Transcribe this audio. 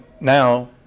now